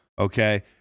okay